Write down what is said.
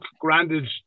granted